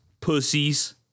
Pussies